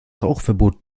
rauchverbot